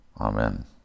amen